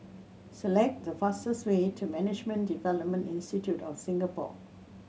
select the fastest way to Management Development Institute of Singapore